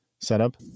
setup